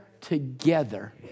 together